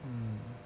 mmhmm